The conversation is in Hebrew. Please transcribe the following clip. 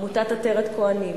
עמותת "עטרת כוהנים",